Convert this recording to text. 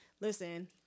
listen